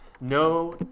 no